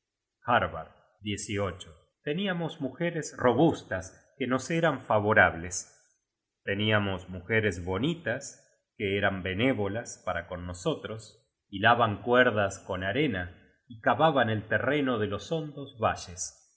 vosotros harbard teníamos mujeres robustas que nos eran favorables teníamos mujeres bonitas que eran benévolas para con nosotros hilaban cuerdas con arena y cavaban el terreno de los hondos valles